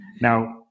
Now